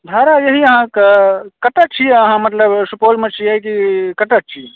भाड़ा यही अहाँकेॅं कतौ छियै अहाँ मतलब सुपौलमे छियै की कतौ छियै